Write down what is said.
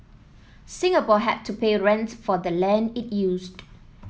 Singapore had to pay rent for the land it used